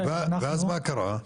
מה קרה?